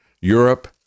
Europe